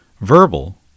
Verbal